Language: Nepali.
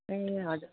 ए हजुर